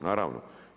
Naravno.